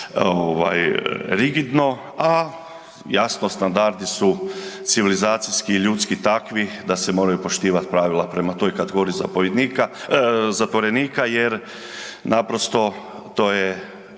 rigidno, a jasno standardi su civilizacijski i ljudski takvi da se moraju poštivati pravila prema toj kategoriji zapovjednika, zatvorenika jer naprosto to je